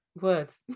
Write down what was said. words